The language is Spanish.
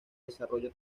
desarrollo